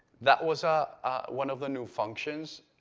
that was ah one of the new functions.